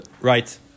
Right